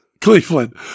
Cleveland